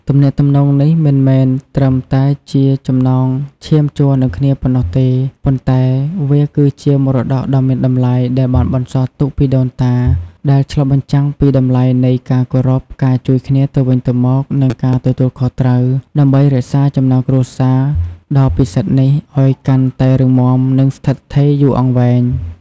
ទំនាក់ទំនងនេះមិនមែនត្រឹមតែជាចំណងឈាមជ័រនឹងគ្នាប៉ុណ្ណោះទេ ប៉ុន្តែវាគឺជាមរតកដ៏មានតម្លៃ ដែលបានបន្សល់ទុកពីដូនតា ដែលឆ្លុះបញ្ចាំងពីតម្លៃនៃការគោរព ការជួយគ្នាទៅវិញទៅមក និងការទទួលខុសត្រូវ ដើម្បីរក្សាចំណងគ្រួសារដ៏ពិសិដ្ឋនេះឱ្យកាន់តែរឹងមាំ និងស្ថិតស្ថេរយូរអង្វែង។